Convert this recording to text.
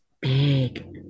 big